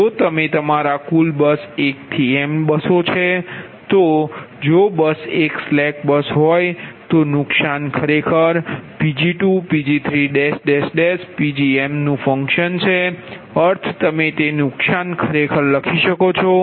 જો તમે તમારા કુલ બસ 1 to m બસો છે અને જો બસ એક સ્લેક બસ છે તો નુકશાન ખરેખર એ Pg2Pg3Pgm નુ ફંક્શન છે અર્થ તમે તે નુકશાન ખરેખર લખી શકો છો